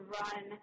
run